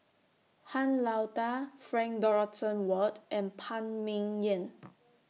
Han Lao DA Frank Dorrington Ward and Phan Ming Yen